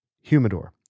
humidor